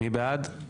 מי בעד?